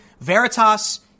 Veritas